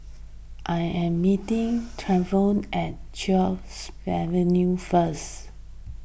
I am meeting Travon at Chatsworth Avenue first